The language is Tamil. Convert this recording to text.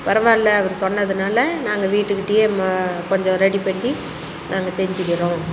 பரவாயில்ல அவர் சொன்னதுனால நாங்கள் வீட்டுக்கிட்டையே கொஞ்சம் ரெடி பண்டி நாங்கள் செஞ்சுக்கிறோம்